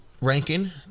ranking